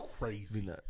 crazy